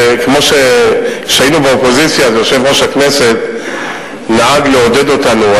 כשהיינו באופוזיציה יושב-ראש הכנסת נהג לעודד אותנו.